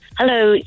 Hello